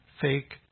fake